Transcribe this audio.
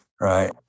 Right